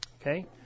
Okay